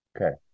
Okay